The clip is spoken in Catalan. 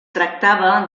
tractava